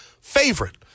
favorite